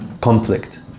conflict